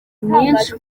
nyinshi